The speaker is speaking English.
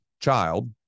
child